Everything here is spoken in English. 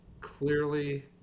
clearly